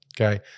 Okay